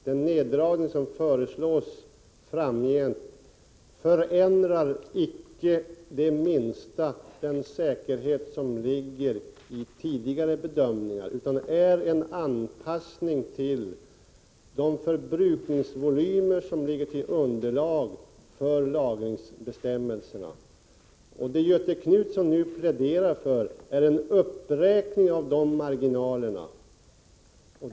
Den neddragning som föreslås framgent förändrar icke det minsta den säkerhet som ligger i tidigare bedömningar, utan är en anpassning till de förbrukningsvolymer som ligger till underlag för lagringsbestämmelserna. Göthe Knutson pläderar nu för en uppräkning av marginalerna.